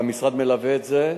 והמשרד מלווה את זה,